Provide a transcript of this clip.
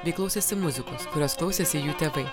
bei klausėsi muzikos kurios klausėsi jų tėvai